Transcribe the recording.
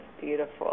beautiful